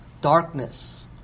Darkness